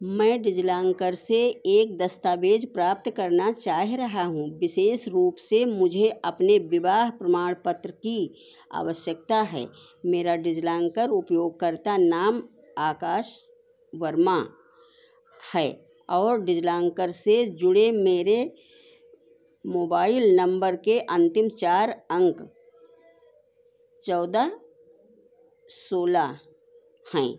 मैं डिज़िलॉकर से एक दस्तावेज़ प्राप्त करना चाह रहा हूँ विशेष रूप से मुझे अपने विवाह प्रमाणपत्र की आवश्यकता है मेरा डिज़िलॉकर उपयोगकर्ता नाम आकाश वर्मा है और डिज़िलॉकर से जुड़े मेरे मोबाइल नम्बर के अन्तिम चार अंक चौदह सोलह हैं